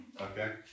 Okay